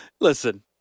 Listen